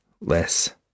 less